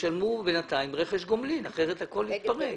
ישלמו בינתיים רכש גומלין כי אחרת הכול יתפרק.